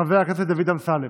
חבר הכנסת דוד אמסלם,